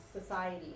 society